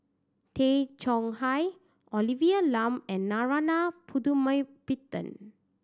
Tay Chong Hai Olivia Lum and Narana Putumaippittan